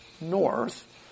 north